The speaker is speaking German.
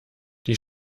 die